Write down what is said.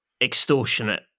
extortionate